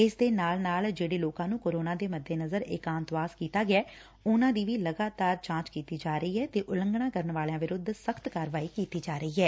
ਇਸ ਦੇ ਨਾਲ ਨਾਲ ਜਿਹੜੇ ਲੋਕਾ ਨੂੰ ਕਰੋਨਾ ਦੇ ਮੱਦੇਨਜ਼ਰ ਇਕਾਂਤਵਾਸ ਕੀਤਾ ਗੈੈ ਉਨੂਾਂ ਦੀ ਵੀ ਲਗਾਤਾਰ ਚੈਕਿੰਗ ਕੀਤੀ ਜਾ ਰਹੀ ਏ ਤੇ ਉਲੰਘਣਾ ਕਰਨ ਵਾਲਿਆਂ ਵਿਰੁੱਧ ਸਖ਼ਤ ਕਾਰਵਾਈ ਕੀਤੀ ਜਾ ਰਹੀ ਏ